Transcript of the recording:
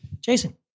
Jason